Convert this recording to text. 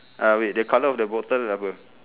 uh wait the colour of the bottle apa